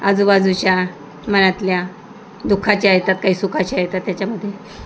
आजूबाजूच्या मनातल्या दुःखाच्या येतात काही सुखाच्या येतात त्याच्यामध्ये